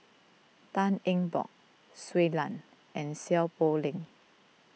Tan Eng Bock Shui Lan and Seow Poh Leng